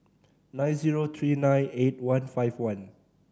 nine zero three nine eight one five one